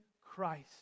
Christ